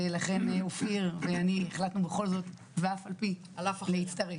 ולכן אופיר ואני החלטנו בכל זאת ואף על פי להצטרף.